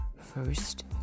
First